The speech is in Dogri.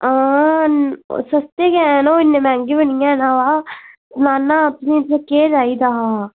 हां सस्ते गै न इन्ने मैंह्गे बी निं हैन आं ना ना तुसें केह् चाहिदा हा